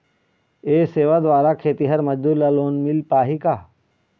ये सेवा द्वारा खेतीहर मजदूर ला लोन मिल पाही का?